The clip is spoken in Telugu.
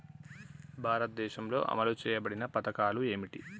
భారతదేశంలో అమలు చేయబడిన పథకాలు ఏమిటి?